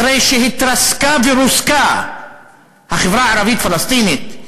אחרי שהתרסקה ורוסקה החברה הערבית פלסטינית,